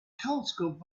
telescope